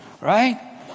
right